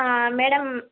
madam